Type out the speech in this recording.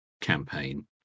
campaign